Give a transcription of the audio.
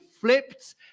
Flipped